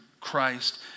Christ